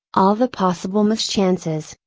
all the possible mischances,